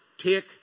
take